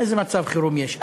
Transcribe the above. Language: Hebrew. איזה מצב חירום יש?